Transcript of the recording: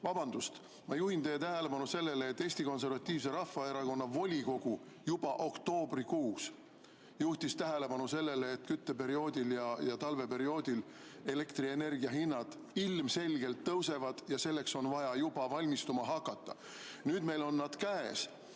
ma juhin teie tähelepanu sellele, et Eesti Konservatiivse Rahvaerakonna volikogu juhtis juba oktoobrikuus tähelepanu sellele, et talvisel kütteperioodil elektrienergia hinnad ilmselgelt tõusevad ja selleks on vaja juba valmistuma hakata. Nüüd on meil